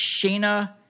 Shana